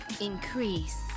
increase